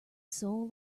soul